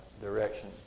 direction